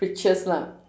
richest lah